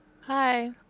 Hi